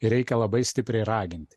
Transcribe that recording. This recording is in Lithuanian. ir reikia labai stipriai raginti